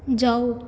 ਜਾਓ